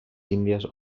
índies